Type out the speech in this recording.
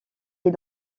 est